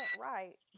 right